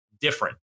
different